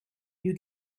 you